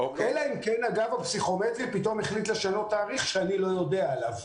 אלא אם כן הפסיכומטרי פתאום החליט לשנות תאריך שאני לא יודע עליו.